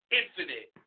infinite